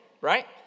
right